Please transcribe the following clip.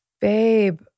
Babe